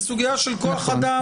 זו סוגיה של כוח אדם.